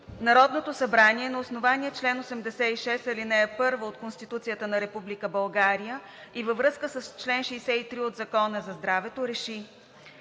Народното събрание на основание чл. 86, ал. 1 от Конституцията на Република България и във връзка с чл. 63 от Закона за здравето РЕШИ: